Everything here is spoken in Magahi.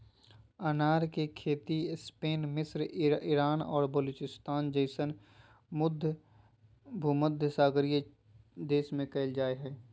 अनार के खेती स्पेन मिस्र ईरान और बलूचिस्तान जैसन भूमध्यसागरीय देश में कइल जा हइ